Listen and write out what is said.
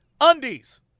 undies